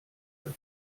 der